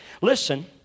Listen